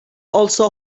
also